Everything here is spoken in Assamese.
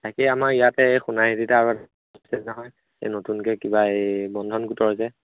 তাকেই আমাৰ ইয়াত এই নহয় এই নতুনকৈ কিবা এই বন্ধন গোটৰ যে